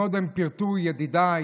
קודם פירטו ידידיי